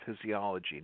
physiology